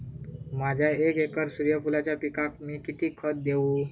माझ्या एक एकर सूर्यफुलाच्या पिकाक मी किती खत देवू?